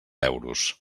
euros